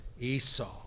Esau